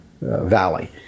valley